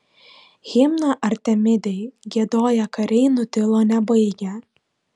himną artemidei giedoję kariai nutilo nebaigę